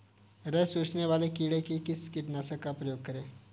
रस चूसने वाले कीड़े के लिए किस कीटनाशक का प्रयोग करें?